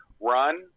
run